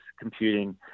computing